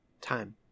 time